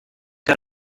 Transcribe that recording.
got